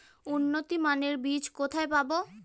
উন্নতমানের বীজ কোথায় পাব?